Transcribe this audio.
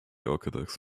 architects